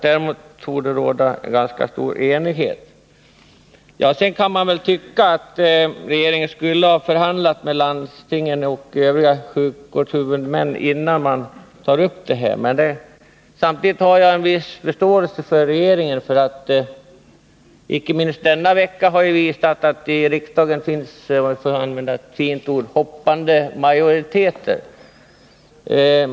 Där tycks det råda ganska stor enighet. Sedan kan man väl tycka att regeringen borde ha förhandlat med landstingen och övriga sjukvårdshuvudmän innan den tog upp den här frågan. Men samtidigt har jag en viss förståelse för regeringens agerande. Icke minst under denna vecka har det ju visat sig att det i riksdagen finns, som man säger när man använder ett fint uttryck, hoppande majoriteter.